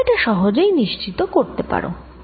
তোমরা এটা সহজেই নিশ্চিত করতে পারো